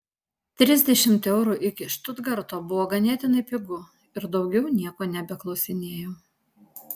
trisdešimt eurų iki štutgarto buvo ganėtinai pigu ir daugiau nieko nebeklausinėjau